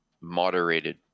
moderated